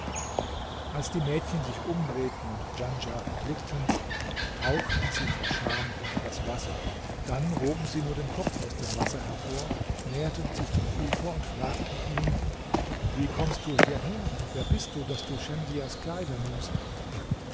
als die mädchen sich umdrehten und djanschah erblickten tauchten sie vor scham unter das wasser dann hoben sie nur den kopf aus dem wasser hervor näherten sich dem ufer und fragten ihn wie kommst du hierher und wer bist du daß du schemsiahs kleider nimmst